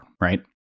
right